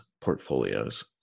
portfolios